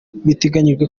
biteganyijwe